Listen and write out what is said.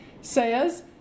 says